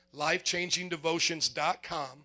lifechangingdevotions.com